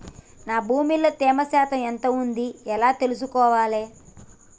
నా భూమి లో తేమ శాతం ఎంత ఉంది ఎలా తెలుసుకోవాలే?